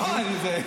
ואם לא, אני אלך